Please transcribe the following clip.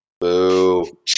Boo